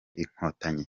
inkotanyi